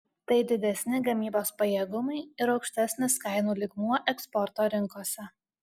tai didesni gamybos pajėgumai ir aukštesnis kainų lygmuo eksporto rinkose